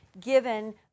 given